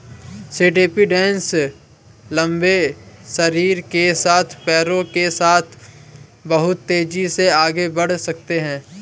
centipedes लंबे शरीर के साथ पैरों के साथ बहुत तेज़ी से आगे बढ़ सकते हैं